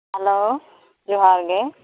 hello ᱡᱚᱦᱟᱨᱜᱮ